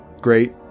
great